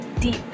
deep